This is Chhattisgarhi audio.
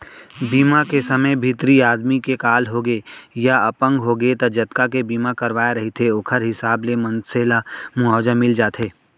बीमा के समे भितरी आदमी के काल होगे या अपंग होगे त जतका के बीमा करवाए रहिथे ओखर हिसाब ले मनसे ल मुवाजा मिल जाथे